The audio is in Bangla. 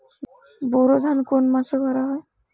বোরো ধান কোন মাসে করা হয়?